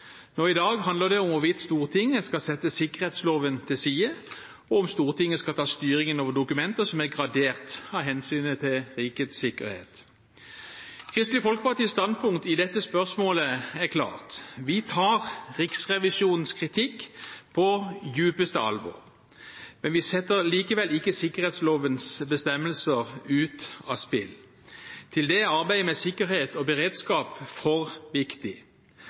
Nå i dag handler det om hvorvidt Stortinget skal sette sikkerhetsloven til side, og hvorvidt Stortinget skal ta styringen av dokumenter som er gradert av hensyn til rikets sikkerhet. Kristelig Folkepartis standpunkt i dette spørsmålet er klart. Vi tar Riksrevisjonens kritikk på dypeste alvor, men vi setter likevel ikke sikkerhetslovens bestemmelser ut av spill. Til det er arbeidet med sikkerhet og beredskap for viktig.